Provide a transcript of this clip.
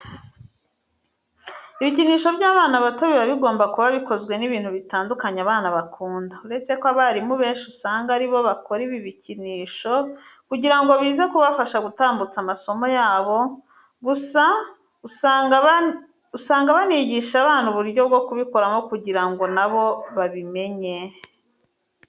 Ibikinisho by'abana bato biba bigomba kuba bikozwe n'ibintu bitandukanye abana bakunda. Uretse ko abarimu benshi usanga ari bo bakora ibi bikinisho kugira ngo bize kubafasha gutambutsa amasomo yabo, gusa usanga banigisha abana uburyo bwo kubikoramo kugira ngo na bo babimenye.